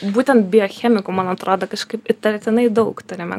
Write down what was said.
būtent biochemikų man atrodo kažkaip įtartinai daug turime